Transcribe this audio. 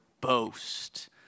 boast